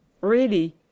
Really